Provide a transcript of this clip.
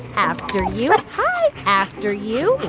after you and hi after you,